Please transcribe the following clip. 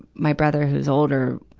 my brother, who's older,